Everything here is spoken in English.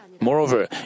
Moreover